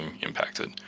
impacted